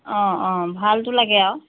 অঁ অঁ ভালটো লাগে আৰু